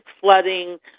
flooding